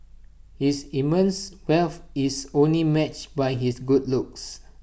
his immense wealth is only matched by his good looks